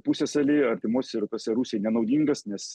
pusiasaly artimuosiuose rytuose rusijai nenaudingas nes